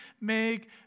make